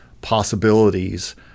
possibilities